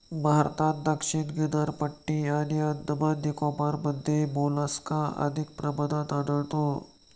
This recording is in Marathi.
भारतात दक्षिण किनारपट्टी आणि अंदमान निकोबारमध्ये मोलस्का अधिक प्रमाणात आढळतो